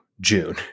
june